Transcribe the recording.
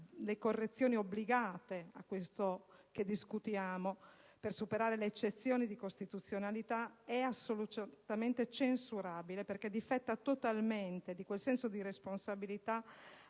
le correzioni obbligate al testo che discutiamo, a causa della necessità di superare le eccezioni dì costituzionalità, è assolutamente censurabile perché difetta totalmente di quel senso di responsabilità